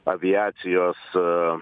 aviacijos a